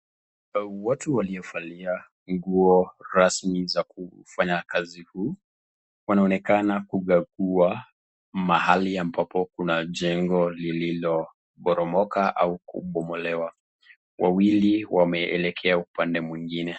Watu waliovalia nguo rasmi ya kufanya huu wanaonekana kupakua mali ambapo kuna jengo lililoporomoka au kubomolewa wawili wameelekea upande mwingine.